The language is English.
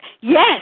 yes